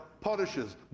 punishes